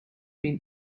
been